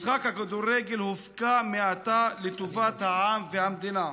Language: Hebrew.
משחק הכדורגל הופקע מעתה לטובת העם והמדינה".